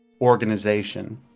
organization